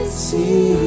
see